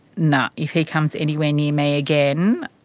nup. if he comes anywhere near me again.